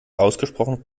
ausgesprochen